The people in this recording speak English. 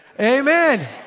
Amen